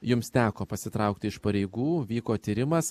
jums teko pasitraukti iš pareigų vyko tyrimas